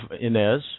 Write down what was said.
Inez